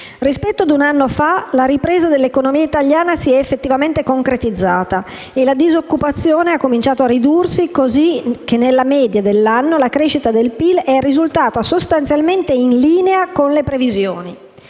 «Rispetto ad un anno fa la ripresa dell'economia italiana si è effettivamente concretizzata e la disoccupazione ha cominciato a ridursi, così che nella media dell'anno la crescita del PIL è risultata sostanzialmente in linea con le previsioni».